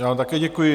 Já vám také děkuji.